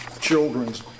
children's